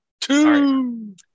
Two